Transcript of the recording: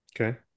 okay